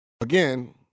Again